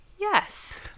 yes